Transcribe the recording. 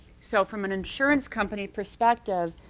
so from an insurance company perspective,